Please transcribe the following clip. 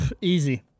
Easy